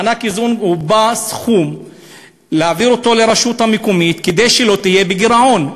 מענק איזון הוא סכום שמעבירים לרשות המקומית כדי שלא תהיה בגירעון,